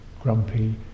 grumpy